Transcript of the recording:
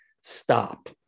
stop